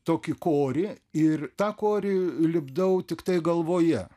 tokį korį ir tą korį lipdau tiktai galvoje